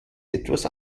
etwas